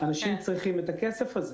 אנשים צריכים את הכסף הזה.